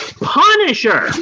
Punisher